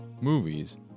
movies